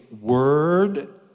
word